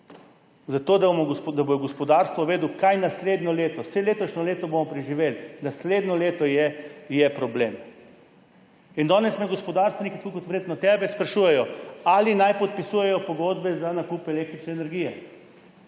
zboru, da bo gospodarstvo vedelo, kaj bo naslednje leto. Saj letošnje leto bomo preživeli, naslednje leto je problem. Danes me gospodarstveniki, tako kot verjetno tebe, sprašujejo, ali naj podpisujejo pogodbe za nakup električne energije.